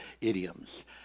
idioms